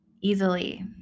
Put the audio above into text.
easily